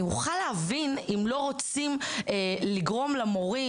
אני אוכל להבין אם לא רוצים לגרום למורים,